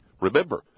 Remember